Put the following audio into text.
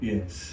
Yes